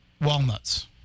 walnuts